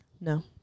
No